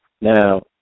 Now